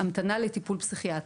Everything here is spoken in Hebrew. זו ההמתנה לטיפול פסיכיאטריה.